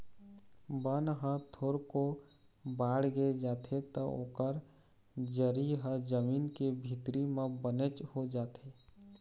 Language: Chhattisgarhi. बन ह थोरको बाड़गे जाथे त ओकर जरी ह जमीन के भीतरी म बनेच हो जाथे